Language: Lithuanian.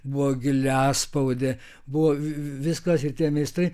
buvo giliaspaudė buvo viskas ir tie meistrai